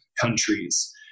countries